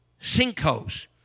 sinkholes